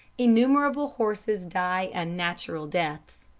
innumerable horses die unnatural deaths.